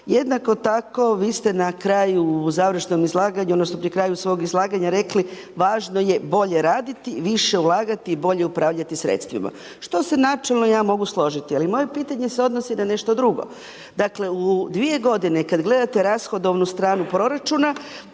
Jednako tako vi ste na kraju u završnom izlaganju, odnosno pri kraju svog izlaganja rekli važno je bolje raditi, više ulagati i bolje upravljati sredstvima, što se načelno ja mogu složiti, ali moje pitanje se odnosi na nešto drugo. Dakle, u dvije godine kad gledate rashodovnu stranu proračuna,